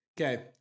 Okay